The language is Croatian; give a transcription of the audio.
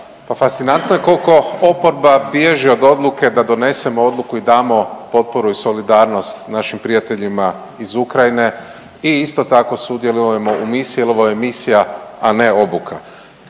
Pa fascinantno je koliko oporba bježi od odluke da donesemo odluku i damo potporu i solidarnost našim prijateljima iz Ukrajine i isto tako sudjelujemo u misiji, jer ovo je misija a ne obuka.